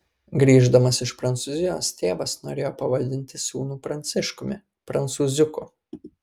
grįždamas iš prancūzijos tėvas norėjo pavadinti sūnų pranciškumi prancūziuku